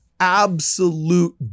Absolute